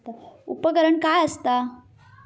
उपकरण काय असता?